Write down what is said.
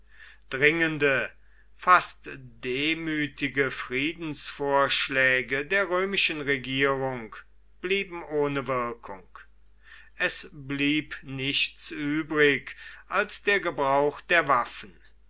dringende fast demütige friedensvorschläge der römischen regierung blieben ohne wirkung es blieb nichts übrig als der gebrauch der waffen